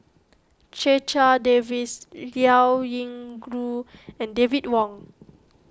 Checha Davies Liao Yingru and David Wong